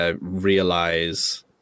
Realize